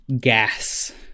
gas